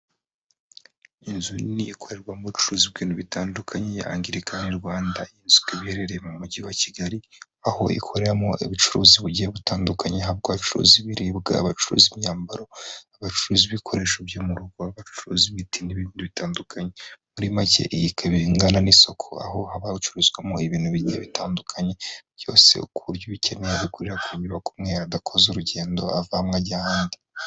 Inzu nini ikorerwamo ubucuruzi ibintu bitandukanye, Angilikani Rwanda izwi iherereye mu mujyi wa kigali aho ikoreramo ubucuruzi bugiye butandukanye habwa abacuruzi biribwa abacuruza imyambaro abacuruza ibikoresho byo mu rugo, abacuruza imiti n'ibihugu bitandukanye. Muri make iyi bingana n'isoko aho habacuruzwamo ibintu bitandukanye byose ku buryo ibikenewe bikuri ku nyubako umwe adakoze urugendo avanwe ajya ahandi.